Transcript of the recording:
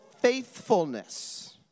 faithfulness